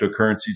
cryptocurrencies